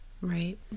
Right